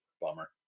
Bummer